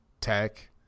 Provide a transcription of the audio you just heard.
Tech